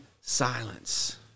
silence